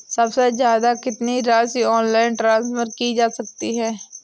सबसे ज़्यादा कितनी राशि ऑनलाइन ट्रांसफर की जा सकती है?